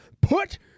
Put